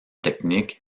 technique